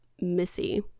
Missy